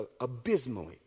abysmally